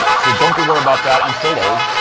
so don't you worry about that, i'm still old.